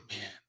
man